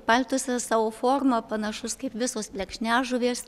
paltusas savo forma panašus kaip visos plekšniažuvės